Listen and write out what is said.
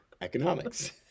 economics